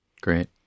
Great